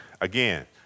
again